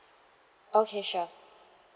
okay sure